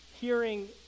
hearing